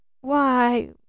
Why